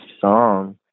song